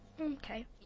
Okay